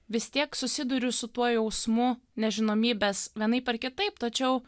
vis tiek susiduriu su tuo jausmu nežinomybės vienaip ar kitaip tačiau